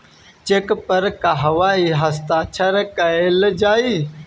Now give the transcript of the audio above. Check पर कहवा हस्ताक्षर कैल जाइ?